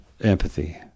empathy